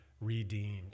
redeemed